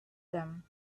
them